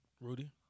Rudy